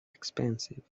expensive